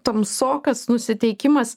tamsokas nusiteikimas